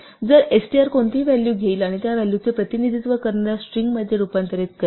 तर str कोणतेही value घेईल आणि त्या व्हॅलूचे प्रतिनिधित्व करणाऱ्या स्ट्रिंगमध्ये रूपांतरित करेल